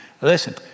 Listen